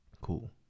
Cool